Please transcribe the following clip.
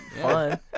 fun